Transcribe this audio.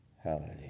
Hallelujah